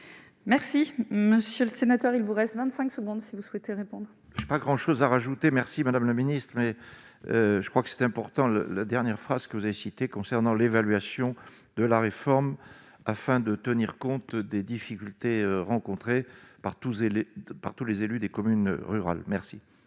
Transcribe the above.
Merci, monsieur le sénateur, il vous reste 25 secondes si vous souhaitez répondre. Je sais pas grand chose à rajouter, merci madame la ministre, je crois que c'est important le la dernière phrase que vous avez cité concernant l'évaluation de la réforme afin de tenir compte des difficultés rencontrées par tous, elle est, par tous les élus des communes rurales, merci.